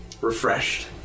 refreshed